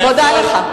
מודה לך.